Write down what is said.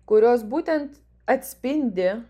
kurios būtent atspindi